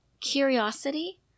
curiosity